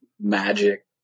magic